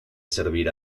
servir